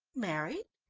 married?